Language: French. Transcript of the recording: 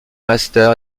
master